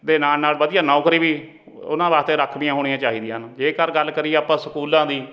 ਦੇ ਨਾਲ ਨਾਲ ਵਧੀਆ ਨੌਕਰੀ ਵੀ ਉਹਨਾਂ ਵਾਸਤੇ ਰਾਖਵੀਆਂ ਹੋਣੀਆਂ ਚਾਹੀਦੀਆਂ ਹਨ ਜੇਕਰ ਗੱਲ ਕਰੀਏ ਆਪਾਂ ਸਕੂਲਾਂ ਦੀ